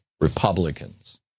Republicans